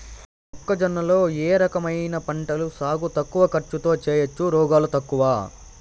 మొక్కజొన్న లో ఏ రకమైన పంటల సాగు తక్కువ ఖర్చుతో చేయచ్చు, రోగాలు తక్కువ?